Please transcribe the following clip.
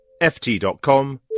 ft.com